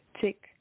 Tick